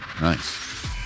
Nice